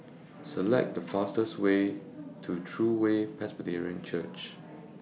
Select The fastest Way to True Way Presbyterian Church